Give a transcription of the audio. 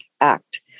Act